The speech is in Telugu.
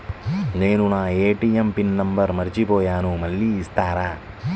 నేను నా ఏ.టీ.ఎం పిన్ నంబర్ మర్చిపోయాను మళ్ళీ ఇస్తారా?